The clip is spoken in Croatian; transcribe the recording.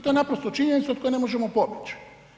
To je naprosto činjenica od koje ne možemo pobjeći.